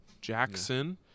Jackson